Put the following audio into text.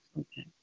Okay